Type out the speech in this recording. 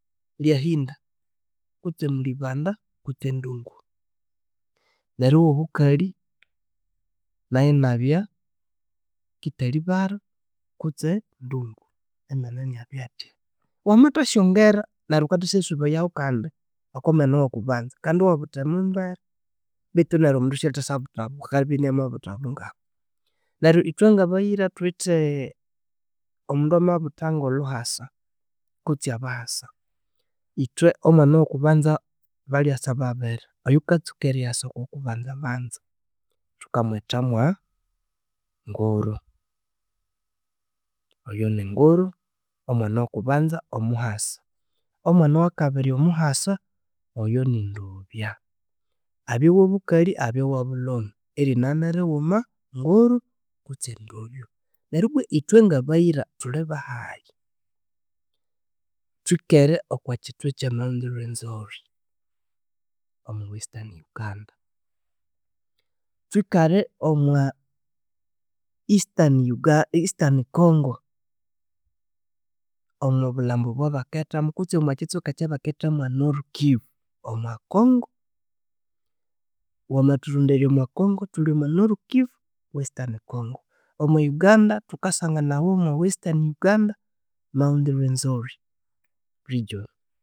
﻿Lyahinda, kutsi mulibanda kutsi endungu neryo owo bukalhi nayunabya kithalibara kutse ndungu amena yinabyatya, wamathasyangore neryo wukathasyasubayaho kandi oko mena owakubanza, kandi yiwabutha Mumbere bethu neryo omundu syalhithasyabutha Bwa- akabya yinamabutha bungahu, neryo yithwe ngabayira thuwithe omundu amabutha ngolhuwasa kutsi abahasa yithwe omwana wukubanza balyasa babiri oyukatsuka eryasa oko kubanza banza thukamwetha mwa Nguru oyo ni- Nguru omwana owokubanza omuhasa, omwana owakabiri omuhasa oyo ni ndobya abye wobukallhi abye wobulhume erina niliwuma nguru kutsi ndobya neru ibwa yithwe ngabayira thulibahayi thwekere okwekyithwa kya mount rwenzori omo western Uganda thwikere omwa Eastern Uga- Eastern Congo omobulhambu obwabakethamu kutsi omwakyitsweka ekyabakethamu Norikivu omwa Congo wamathuronderya omwa congo thulhi omwa Norikivu Western Congo, omwa Uganda thukasanganawa Western Uganda Mount Rwenzori region